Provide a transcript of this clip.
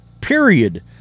period